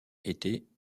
était